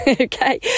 okay